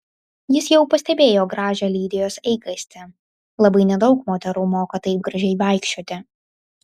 jis jau pastebėjo gražią lidijos eigastį labai nedaug moterų moka taip gražiai vaikščioti